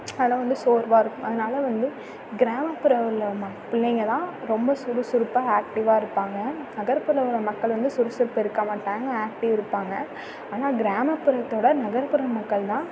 அதெல்லாம் வந்து சோர்வாக இருக்கும் அதனால் வந்து கிராமப்புறம்ல உள்ள பிள்ளைங்க தான் ரொம்ப சுறுசுறுப்பாக ஆக்டிவாக இருப்பாங்க நகர்புறத்தில் உள்ள மக்கள் வந்து சுறுசுறுப்பா இருக்க மாட்டாங்க ஆக்டிவ் இருப்பாங்க ஆனால் கிராமப்புறத்தோட நகர்ப்புற மக்கள் தான்